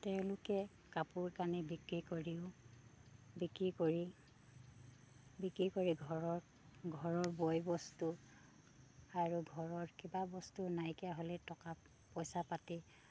তেওঁলোকে কাপোৰ কানি বিক্ৰী কৰিও বিক্ৰী কৰি বিক্ৰী কৰি ঘৰৰ ঘৰৰ বয় বস্তু আৰু ঘৰৰ কিবা বস্তু নাইকিয়া হ'লে টকা পইচা পাতি